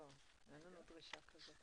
איזו תקנה זו?